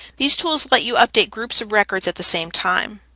these tools let you update groups of records at the same time.